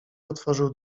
otworzył